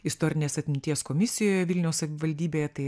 istorinės atminties komisijoje vilniaus savivaldybėje tai